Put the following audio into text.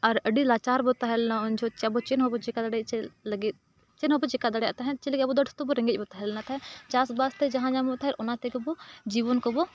ᱟᱨ ᱟᱹᱰᱤ ᱞᱟᱪᱟᱨ ᱵᱚ ᱛᱟᱦᱮᱸ ᱞᱮᱱᱟ ᱩᱱ ᱡᱚᱦᱚᱜ ᱟᱵᱚ ᱪᱮᱫ ᱦᱚᱸ ᱵᱟᱵᱚ ᱪᱮᱠᱟ ᱫᱟᱲᱮᱭᱟᱜᱼᱟ ᱪᱮᱫ ᱞᱟᱹᱜᱤᱫ ᱪᱮᱫ ᱦᱚᱸ ᱵᱟᱵᱚ ᱪᱮᱠᱟ ᱫᱟᱲᱮᱭᱟᱜ ᱛᱟᱦᱮᱱ ᱪᱮᱫ ᱞᱟᱹᱜᱤᱫ ᱟᱵᱚ ᱟᱵᱚᱫᱚ ᱥᱩᱫᱷᱩ ᱟᱵᱚ ᱨᱮᱸᱜᱮᱡ ᱵᱚᱱ ᱛᱟᱦᱮᱸ ᱞᱮᱱᱟ ᱪᱟᱥ ᱵᱟᱥ ᱛᱮ ᱡᱟᱦᱟᱸ ᱧᱟᱢᱚᱜ ᱛᱟᱦᱮᱸᱫ ᱚᱱᱟ ᱛᱮᱜᱮ ᱵᱚ ᱡᱤᱵᱚᱱ ᱠᱚᱵᱚ